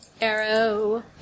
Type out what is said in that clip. Arrow